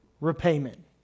repayment